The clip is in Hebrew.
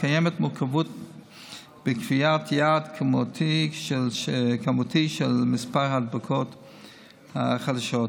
קיימת מורכבות בקביעת יעד כמותי של מספר ההדבקות החדשות.